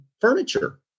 furniture